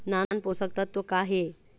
नान पोषकतत्व का हे?